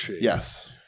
Yes